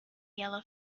yellow